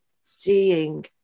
seeing